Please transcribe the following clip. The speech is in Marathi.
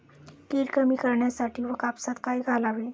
कीड कमी करण्यासाठी कापसात काय घालावे?